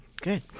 good